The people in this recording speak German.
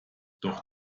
doch